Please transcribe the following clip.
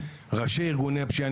ראשי ארגוני פשיעה,